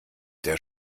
der